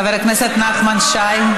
חבר הכנסת נחמן שי.